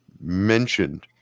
mentioned